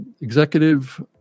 executive